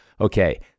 Okay